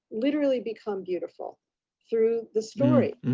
literally become beautiful through the story.